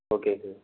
okay sir